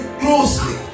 closely